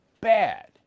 bad